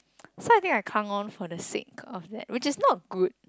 so I think I clung on for the sake of that which is not good